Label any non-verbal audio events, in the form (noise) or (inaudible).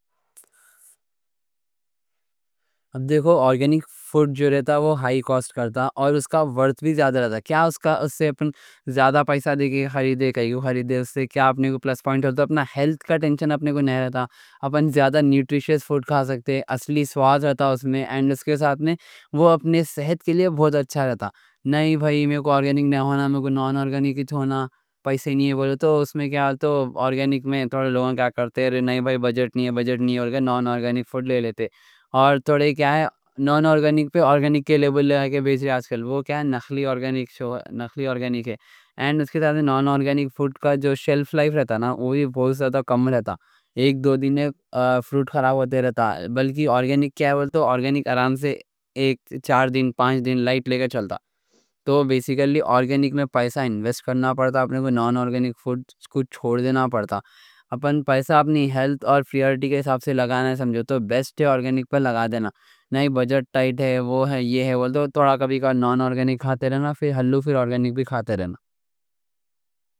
اب دیکھو، آرگینک (hesitation) فوڈ جو رہتا، وہ ہائی کاسٹ کرتا اور اُس کا ورتھ بھی زیادہ رہتا۔ کیا اُس سے اپنے زیادہ پیسہ دے کے خریدے، کہیں گے خریدے؟ اُس سے کیا اپنے کو پلس پوائنٹ ہوتا، اپنا ہیلتھ کا ٹینشن اپنے کو نہیں رہتا، اپنے زیادہ نیوٹریشس فوڈ کھا سکتے، اصلی سواد رہتا اُس میں، اور اُس کے ساتھ میں وہ اپنے صحت کے لیے بہت اچھا رہتا۔ نہیں بھائی، میں کو آرگینک نہیں ہونا، میں کو نان آرگینک تو ہونا، پیسے نہیں ہے بولے تو اُس میں کیا؟ آرگینک میں تھوڑے لوگ کا کرتے۔ نہیں بھائی، بجٹ نہیں ہے، نان آرگینک فوڈ لے لیتے، اور تھوڑے کیا ہے۔ (hesitation) نہیں، نان آرگینک پہ آرگینک کے لیبل لے کے بیچ رہے ہیں آج کل۔ وہ کیا نقلی آرگینک ہے، اور اُس کے ساتھ میں نان آرگینک فوڈ کا جو شیلف لائف رہتا نا، وہ بہت کم رہتا۔ ایک دو دن میں (hesitation) فروٹ خراب ہو جاتا، بلکہ آرگینک کیا ہے، آرگینک آرام سے چار پانچ دن چلتا۔ تو بسیکلی آرگینک میں پیسہ انویسٹ کرنا پڑتا، اپن کو نان آرگینک فوڈ کچھ چھوڑ دینا پڑتا، اپن پیسہ اپنی ہیلتھ اور پریارٹی کے حساب سے لگانا ہے، سمجھو تو بیسٹ ہے آرگینک پر لگا دینا۔ نہیں، بجٹ ٹائٹ ہے، وہ ہے یہ ہے، تو تھوڑا کبھی کا نان آرگینک کھاتے رہنا، پھر ہلو، پھر آرگینک بھی کھاتے رہنا۔